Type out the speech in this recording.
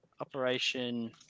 Operation